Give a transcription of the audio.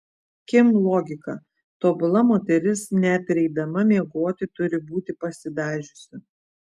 kim logika tobula moteris net ir eidama miegoti turi būti pasidažiusi